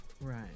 Right